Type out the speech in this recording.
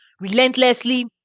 relentlessly